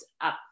up